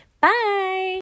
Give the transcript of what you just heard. Bye